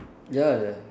ya